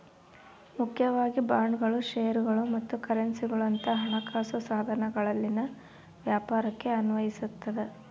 ಮುಖ್ಯವಾಗಿ ಬಾಂಡ್ಗಳು ಷೇರುಗಳು ಮತ್ತು ಕರೆನ್ಸಿಗುಳಂತ ಹಣಕಾಸು ಸಾಧನಗಳಲ್ಲಿನ ವ್ಯಾಪಾರಕ್ಕೆ ಅನ್ವಯಿಸತದ